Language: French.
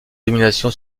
domination